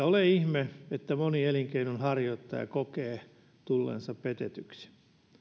ole ihme että moni elinkeinonharjoittaja kokee tulleensa petetyksi